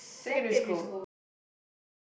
secondary school ah